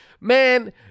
Man